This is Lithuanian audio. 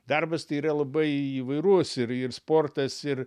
darbas tai yra labai įvairus ir ir sportas ir